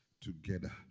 together